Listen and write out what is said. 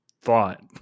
thought